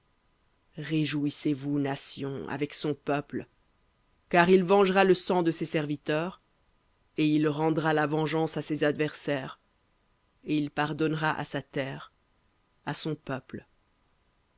réjouissez-vous nations son peuple car il vengera le sang de ses serviteurs et il rendra la vengeance à ses adversaires et il pardonnera à sa terre à son peuple